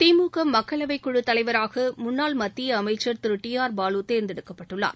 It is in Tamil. திமுக மக்களவைக்குழு தலைவராக முன்னாள் மத்திய அமைச்சர் திரு தேர்ந்தெடுக்கப்பட்டுள்ளார்